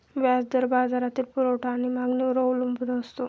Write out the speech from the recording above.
व्याज दर बाजारातील पुरवठा आणि मागणीवर अवलंबून असतो